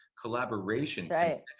collaboration